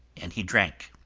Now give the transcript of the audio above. and he drank.